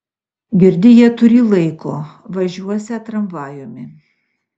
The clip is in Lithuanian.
girdi jie turį laiko važiuosią tramvajumi